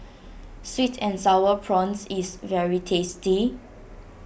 Sweet and Sour Prawns is very tasty